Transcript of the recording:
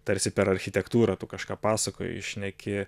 tarsi per architektūrą tu kažką pasakoji šneki